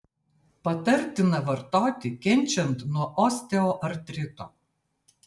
patartina vartoti kenčiant nuo osteoartrito